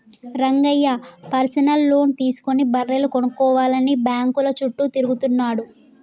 Rangayya personal loan తీసుకుని బర్రెలు కొనుక్కోవాలని బ్యాంకుల చుట్టూ తిరుగుతున్నాడు